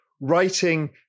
writing